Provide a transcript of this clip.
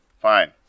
Fine